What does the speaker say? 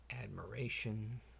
admiration